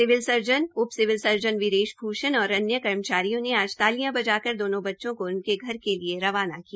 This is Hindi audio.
सिविल सर्जन उप सिविल सर्जन वीरेश भ्रषण और अन्य कर्मचारियों ने आज तालियां बजाकर दोनों बच्चों को उनके घर के लिए रवाना किया